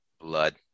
blood